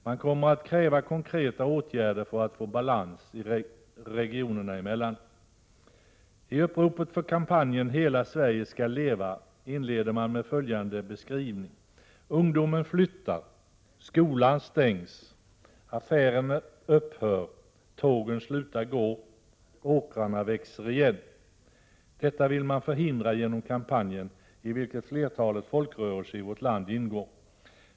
Man kommer att kräva konkreta åtgärder för att få balans regionerna emellan. Uppropet för kampanjen Hela Sverige skall leva inleds med följande beskrivning: ”Ungdomen flyttar, skolan stängs, affären upphör, tågen slutar gå, åkrarna växer igen.” Detta vill man förhindra genom kampanjen, i vilken flertalet folkrörelser i vårt land deltar.